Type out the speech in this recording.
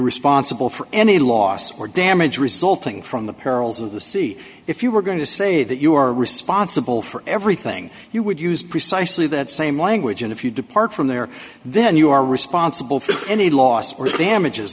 responsible for any loss or damage resulting from the perils of the sea if you were going to say that you are responsible for everything you would use precisely that same language and if you depart from there then you are responsible for any loss or damages